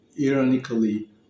ironically